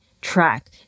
track